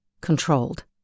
controlled